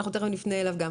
אנחנו תיכף נפנה אליו גם.